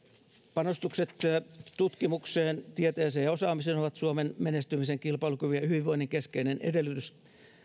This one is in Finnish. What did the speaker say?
panostukset tutkimukseen tieteeseen ja osaamiseen ovat suomen menestymisen kilpailukyvyn ja hyvinvoinnin keskeinen edellytys